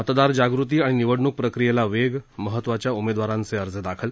मतदार जाग़ती आणि निवडण्क प्रक्रीयेला वेगमहत्त्वाच्या उमेदवारांचे अर्ज दाखल